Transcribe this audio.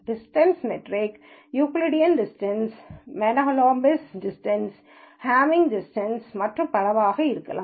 distance metric Euclidean distance Mahalanobis distance Hamming distance மற்றும் பலவாக இருக்கலாம்